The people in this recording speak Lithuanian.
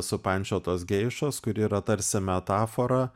supančiotos geišos kuri yra tarsi metafora